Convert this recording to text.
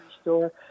store